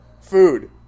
food